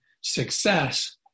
success